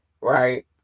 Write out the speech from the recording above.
right